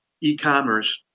e-commerce